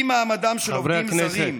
אם מעמדם של עובדים זרים, חברי הכנסת,